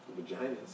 Vaginas